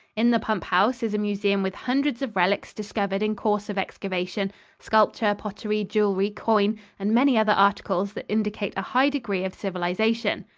in the pump-house is a museum with hundreds of relics discovered in course of excavation sculpture, pottery, jewelry, coin and many other articles that indicate a high degree of civilization.